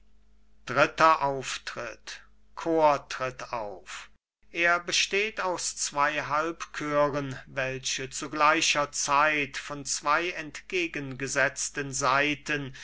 dritter auftritt chor tritt auf er besteht aus zwei halbchören welche zu gleicher zeit von zwei entgegengesetzten seiten